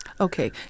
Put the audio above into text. Okay